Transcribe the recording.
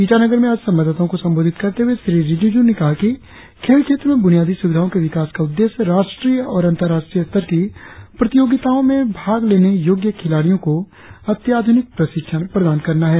ईटानगर में आज संवाददाताओ को संबोधित करते हुए श्री रिजिज़ु ने कहा कि खेल क्षेत्र में बुनियादी सुविधाओ के विकास का उद्देश्य राष्ट्रीय और अंतरराष्ट्रीय स्तर की प्रतियोगिताओ में भाग लेने योग्य खिलाड़ियो को अत्याध्रनिक प्रशिक्षण प्रदान करना है